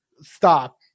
Stop